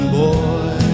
boy